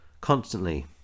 constantly